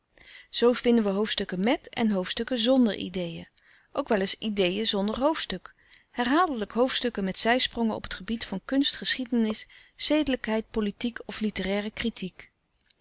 zoo vinden we hoofdstukken mèt en hoofdstukken znder ideen ook wel eens ideen zonder hoofdstuk herhaaldelijk hoofdstukken met zijsprongen op t gebied van kunst geschiedenis zedelijkheid politiek of literaire kritiek